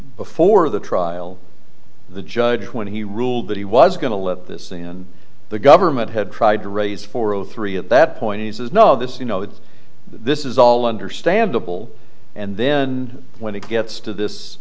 before the trial the judge when he ruled that he was going to let this thing that the government had tried to raise for all three at that point he says no this is you know this is all understandable and then when he gets to this